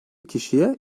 kişiye